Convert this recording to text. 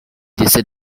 décède